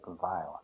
violence